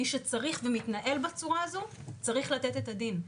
מי שצריך ומתנהל בצורה הזו, צריך לתת את הדין.